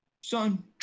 Son